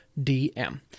DM